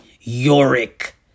Yorick